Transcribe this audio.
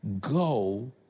go